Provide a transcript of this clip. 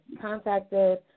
contacted –